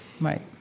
Right